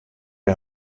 der